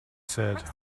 said